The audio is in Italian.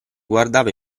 guardava